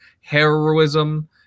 heroism